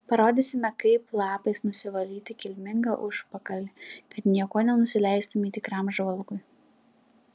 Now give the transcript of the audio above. parodysime kaip lapais nusivalyti kilmingą užpakalį kad niekuo nenusileistumei tikram žvalgui